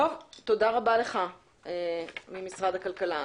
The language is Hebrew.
תודה רבה לך ממשרד הכלכלה.